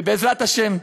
ובעזרת השם,